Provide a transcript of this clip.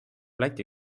läti